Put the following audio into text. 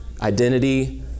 identity